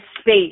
space